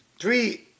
three